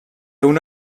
una